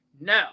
no